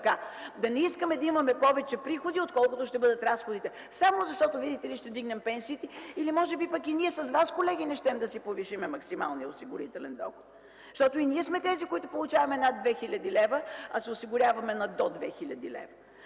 да не искаме да имаме повече приходи, отколкото ще бъдат разходите. Само защото, видите ли, ще вдигнем пенсиите. Или може би пък, колеги, не щем да си повишим максималния осигурителен доход, защото и ние сме сред тези, които получават над 2000 лв., а се осигуряват на до 2000 лв.